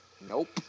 Nope